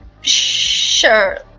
Sure